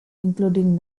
including